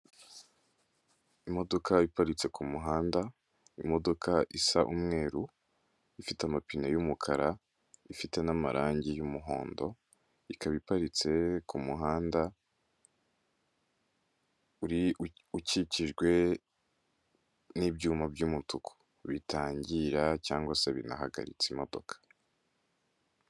Imodoka iparitse kumuhanda, imodoka isa umweru ifite amapine y'umukara ifite n'amarangi y'umuhondo, ikaba iparitse ku muhanda , ukikijwe n'ibyuma by'umutuku bitangira cyangwa se binahagaritse imodoka.